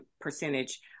percentage